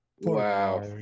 Wow